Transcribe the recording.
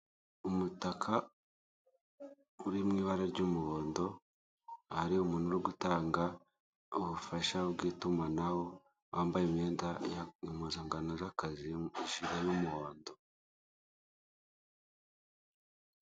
Umutaka uri mu ibara ry'umuhondo ahari umuntu uri gutanga ubufasha bw'itumanaho wambaye imyenda impuzankano z'akazi zirimo umuhondo.